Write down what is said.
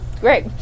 Great